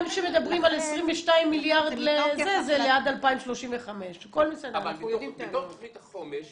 גם כשמדברים על 22 מיליארד זה עד 2035. בתוך תוכנית החומש